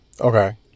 Okay